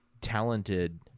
talented